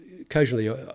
occasionally